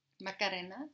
Macarena